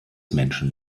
menschen